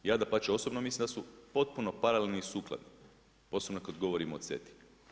Ja dapače osobno mislim da su potpuno paralelni i sukladni posebno kada govorimo o CETA-i.